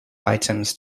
items